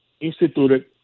instituted